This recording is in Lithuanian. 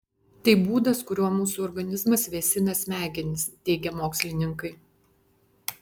tai būdas kuriuo mūsų organizmas vėsina smegenis teigia mokslininkai